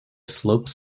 slopes